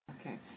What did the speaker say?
Okay